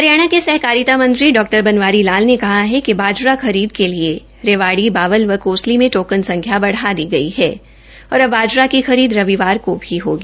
हरियाणा के सहकारिता मंत्री डॉ बनवारी लाल ने कहा है कि बा रा खरीद के लिए रेवाड़ी बावल व कोसली में टोकन संख्या बढ़ा दी गई है तथा अब बा रा की खरीद रविवार को भी होगी